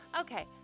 Okay